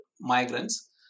migrants